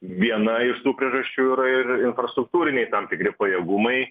viena iš tų priežasčių yra ir infrastruktūriniai tam tikri pajėgumai